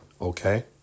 Okay